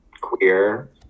queer